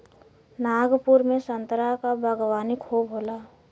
नागपुर में संतरा क बागवानी खूब होला